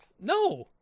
No